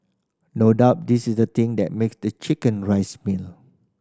no doubt this is the thing that makes the chicken rice meal